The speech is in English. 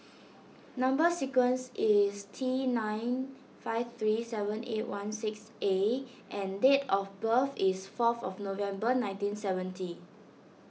Number Sequence is T nine five three seven eight one six A and date of birth is four of November nineteen seventy